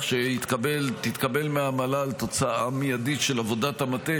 שתתקבל מהמל"ל תוצאה מיידית של עבודת המטה,